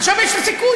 עכשיו יש סיכוי,